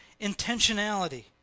intentionality